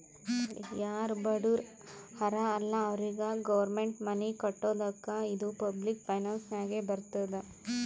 ಯಾರು ಬಡುರ್ ಹರಾ ಅಲ್ಲ ಅವ್ರಿಗ ಗೌರ್ಮೆಂಟ್ ಮನಿ ಕಟ್ಕೊಡ್ತುದ್ ಇದು ಪಬ್ಲಿಕ್ ಫೈನಾನ್ಸ್ ನಾಗೆ ಬರ್ತುದ್